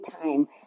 time